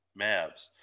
Mavs